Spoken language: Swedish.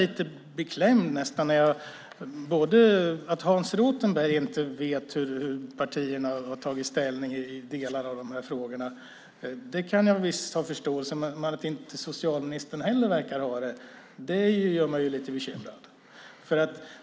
Att Hans Rothenberg inte vet hur partierna tagit ställning i delar av dessa frågor kan jag ha viss förståelse för, men att inte heller socialministern verkar veta det gör mig lite bekymrad.